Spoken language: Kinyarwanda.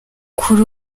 kuri